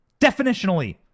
definitionally